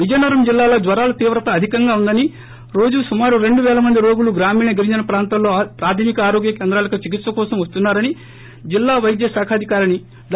విజయనగరం జిల్లాలో జ్వరాల తీవ్రత అధికంగా వుందని రోజు సుమారు రెండు పేల మంది రోగులు గ్రామీణ గిరిజన ప్రాంతాల్లో ప్రాధమిక ఆరోగ్య కేంద్రాలకు చికిత్స కోసం వస్తున్నారని జిల్లా వైద్య శాఖాధికారిణి డా